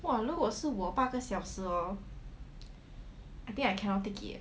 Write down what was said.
!wah! 如果是我八个小时 hor I think I cannot take it eh